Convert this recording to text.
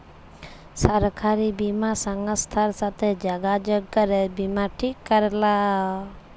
সরকারি বীমা সংস্থার সাথে যগাযগ করে বীমা ঠিক ক্যরে লাও